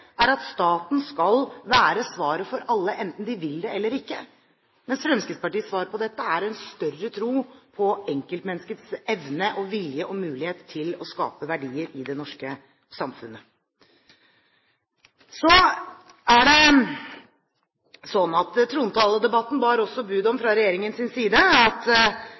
er at staten skal være svaret for alle, enten man vil det eller ikke, mens Fremskrittspartiets svar på dette er en større tro på enkeltmenneskets evne, vilje og mulighet til å skape verdier i det norske samfunnet. Trontalen bar bud om, fra regjeringens side, at